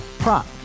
Prop